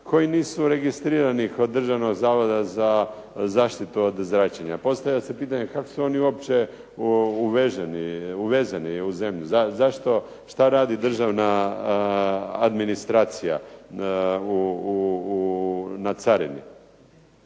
koji nisu registrirani kod Državnog zavoda za zaštitu od zračenja, postavlja se pitanje kako su oni uopće uvezeni u zemlju, što radi državna administracija na carini.